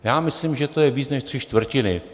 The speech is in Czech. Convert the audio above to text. Já myslím, že to je víc než tři čtvrtiny.